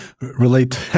relate